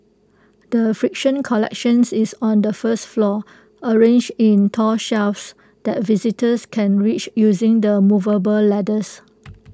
the friction collection is on the first floor arranged in tall shelves that visitors can reach using the movable ladders